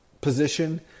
position